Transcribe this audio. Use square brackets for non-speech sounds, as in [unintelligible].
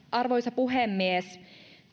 [unintelligible] arvoisa puhemies